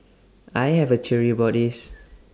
I have A theory about this